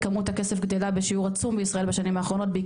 כמות הכסף גדלה בשיעור עצום בישראל בשנים האחרונות,